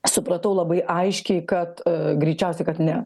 supratau labai aiškiai kad greičiausiai kad ne